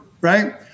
right